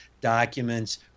documents